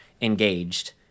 engaged